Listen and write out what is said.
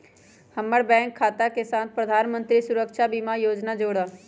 हम्मर बैंक खाता के साथ प्रधानमंत्री सुरक्षा बीमा योजना जोड़ा